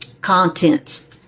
Contents